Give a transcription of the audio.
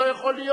שלמה מולה,